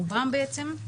רובם בעצם,